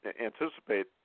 anticipate